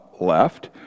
left